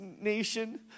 nation